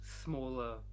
smaller